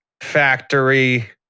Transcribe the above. factory